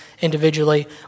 individually